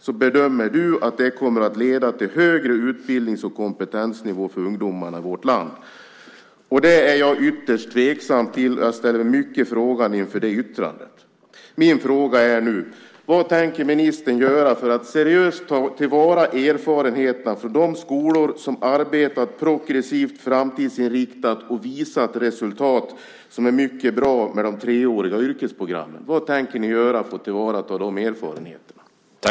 Skolministern bedömer att detta kommer att leda till högre utbildnings och kompetensnivå för ungdomarna i vårt land. Det är jag ytterst tveksam till, och jag ställer mig mycket frågande inför det yttrandet. Vad tänker ministern göra för att seriöst ta till vara erfarenheterna från de skolor som arbetar progressivt, framtidsinriktat och har visat bra resultat på de treåriga yrkesprogrammen? Vad tänker ni göra för att ta till vara de erfarenheterna?